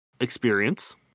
experience